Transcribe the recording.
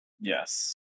Yes